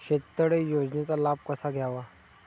शेततळे योजनेचा लाभ कसा घ्यावा?